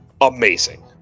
Amazing